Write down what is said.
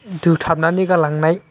दोथाबनानै गालांनाय